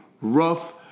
rough